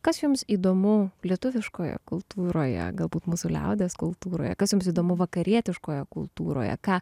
kas jums įdomu lietuviškoje kultūroje galbūt mūsų liaudies kultūroje kas jums įdomu vakarietiškoje kultūroje ką